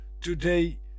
Today